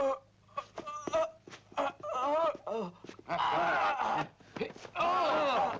oh oh oh